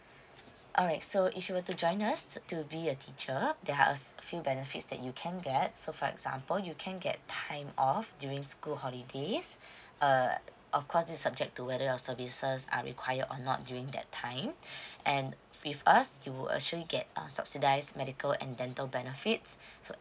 alright so if you were to join us to be a teacher there are a s~ few benefits that you can get so for example you can get time off during school holidays err of course this subject to whether your services are require or not during that time and with us you would actually get a subsidise medical and dental benefits so um